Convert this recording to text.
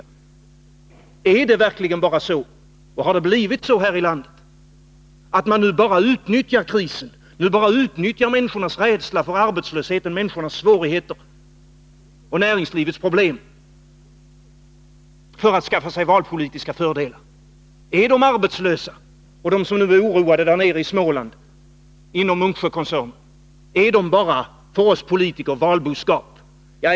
Har det verkligen blivit så här i landet att man nu bara utnyttjar krisen, människornas rädsla för arbetslöshet, människornas svårigheter och näringslivets problem, för att skaffa sig valpolitiska fördelar? Är de arbetslösa och de som nu är oroade inom Munksjökoncernen där nere i Småland för oss politiker bara valboskap?